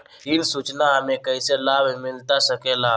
ऋण सूचना हमें कैसे लाभ मिलता सके ला?